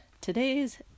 today's